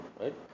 Right